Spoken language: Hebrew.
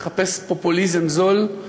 לחפש פופוליזם זול,